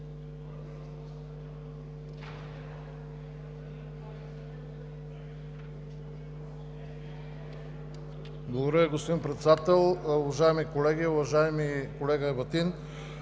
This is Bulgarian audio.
господин Председател. Уважаеми колеги, уважаеми колега Ебатин!